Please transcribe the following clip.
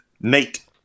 Nate